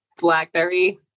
Blackberry